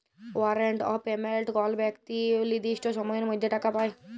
warrant of payment call বেক্তি লির্দিষ্ট সময়ের মধ্যে টাকা পায়